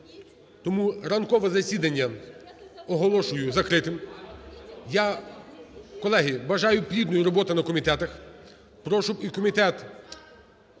Тому ранкове засідання оголошую закритим. Я, колеги, бажаю плідної роботи на комітетах. Прошу і комітет